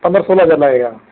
पंद्रह सोलह हज़ार लगेगा